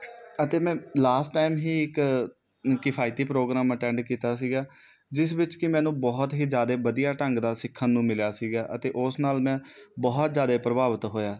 ਅਤੇ ਮੈਂ last time ਹੀ ਇੱਕ ਕਿਫਾਈਤੀ ਪ੍ਰੋਗਰਾਮ ਅਟੈਂਡ ਕੀਤਾ ਸੀਗਾ ਜਿਸ ਵਿੱਚ ਕਿ ਮੈਨੂੰ ਬਹੁਤ ਹੀ ਜ਼ਿਆਦਾ ਵਧੀਆ ਢੰਗ ਦਾ ਸਿੱਖਣ ਨੂੰ ਮਿਲਿਆ ਸੀਗਾ ਅਤੇ ਉਸ ਨਾਲ ਮੈਂ ਬਹੁਤ ਜ਼ਿਆਦਾ ਪ੍ਰਭਾਵਿਤ ਹੋਇਆ